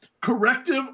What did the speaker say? Corrective